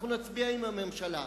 אנחנו נצביע עם הממשלה.